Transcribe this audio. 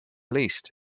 least